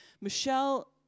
Michelle